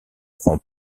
prend